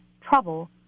trouble